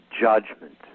judgment